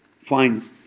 fine